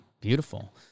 Beautiful